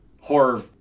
horror